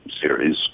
series